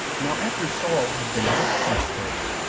now after saul had denounced this curse,